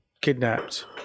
kidnapped